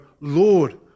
Lord